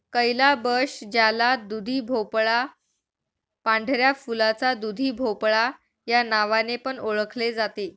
calabash ज्याला दुधीभोपळा, पांढऱ्या फुलाचा दुधीभोपळा या नावाने पण ओळखले जाते